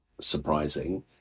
surprising